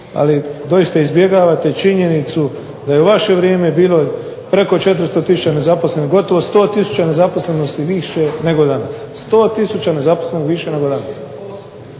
Ali doista izbjegavate činjenicu da je u vaše vrijeme bilo preko 400 tisuća nezaposlenih, gotovo 100 tisuća nezaposlenih više nego danas. 100 tisuća nezaposlenih više nego danas.